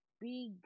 big